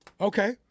okay